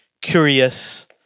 Curious